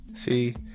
See